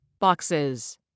Boxes